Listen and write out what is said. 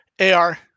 AR